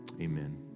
Amen